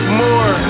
more